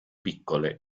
piccole